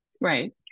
Right